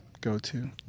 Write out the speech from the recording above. go-to